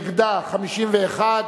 נגדה, 51,